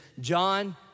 John